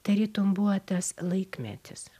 tarytum buvo tas laikmetis